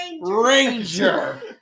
Ranger